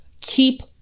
keep